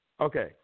Okay